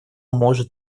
может